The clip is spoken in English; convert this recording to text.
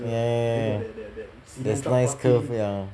ya ya ya ya there's nice curve ya